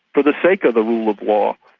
for the sake of the rule of law,